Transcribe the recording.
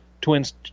twins